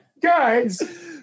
guys